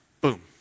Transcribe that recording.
Boom